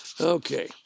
Okay